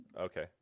Okay